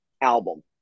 album